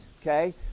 okay